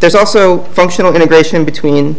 there's also functional integration between the